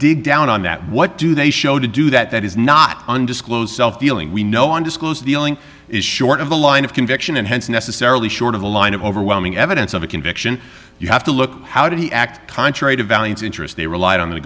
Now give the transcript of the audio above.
dig down on that what do they show to do that that is not undisclosed dealing we know undisclosed dealing is short of the line of conviction and hence necessarily short of the line of overwhelming evidence of a conviction you have to look how did he act contrary to valiance interest they relied on